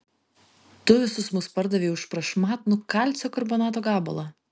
tu visus mus pardavei už prašmatnų kalcio karbonato gabalą